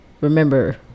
remember